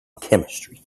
chemistry